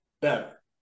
better